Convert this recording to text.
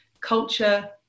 culture